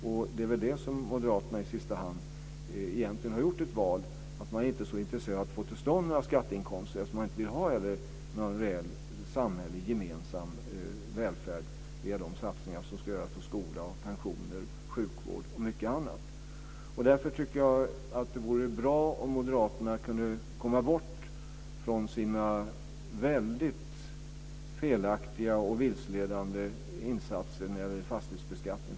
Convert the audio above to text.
Moderaterna har där i sista hand egentligen gjort ett val. Man är inte så intresserad av att få till stånd några skatteinkomster eftersom man inte heller vill ha någon reell samhällelig gemensam välfärd via de satsningar som ska göras på skola, pensioner, sjukvård och mycket annat. Därför tycker jag att det vore bra om moderaterna kunde komma bort från sina väldigt felaktiga och vilseledande insatser när det gäller fastighetsbeskattningen.